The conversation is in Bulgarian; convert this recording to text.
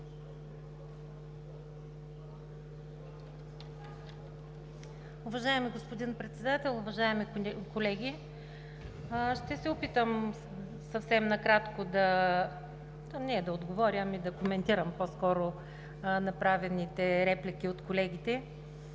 Уважаеми господин Председател, уважаеми колеги! Ще се опитам съвсем накратко да коментирам по-скоро направените реплики от колегите.